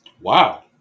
Wow